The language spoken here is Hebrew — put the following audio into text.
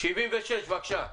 סעיף 76, בבקשה.